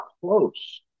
close